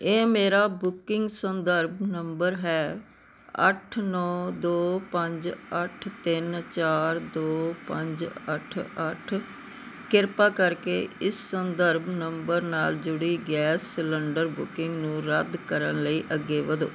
ਇਹ ਮੇਰਾ ਬੁਕਿੰਗ ਸੰਦਰਭ ਨੰਬਰ ਹੈ ਅੱਠ ਨੌਂ ਦੋ ਪੰਜ ਅੱਠ ਤਿੰਨ ਚਾਰ ਦੋ ਪੰਜ ਅੱਠ ਅੱਠ ਕਿਰਪਾ ਕਰਕੇ ਇਸ ਸੰਦਰਭ ਨੰਬਰ ਨਾਲ ਜੁੜੀ ਗੈਸ ਸਿਲੰਡਰ ਬੁਕਿੰਗ ਨੂੰ ਰੱਦ ਕਰਨ ਲਈ ਅੱਗੇ ਵਧੋ